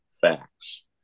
facts